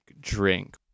drink